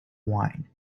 wine